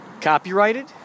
copyrighted